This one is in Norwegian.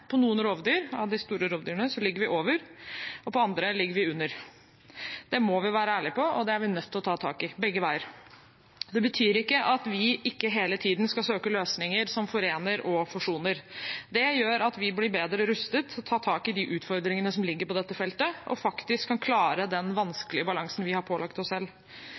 av de store rovdyrene ligger vi over, og for andre ligger vi under. Det må vi være ærlige på, og det er vi nødt til å ta tak i – begge veier. Det betyr ikke at vi ikke hele tiden skal søke løsninger som forener og forsoner. Det gjør at vi blir bedre rustet til å ta tak i de utfordringene som ligger på dette feltet, og faktisk kan klare den vanskelige balansen vi har pålagt oss selv.